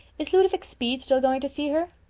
is ludovic speed still going to see her?